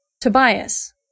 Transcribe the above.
Tobias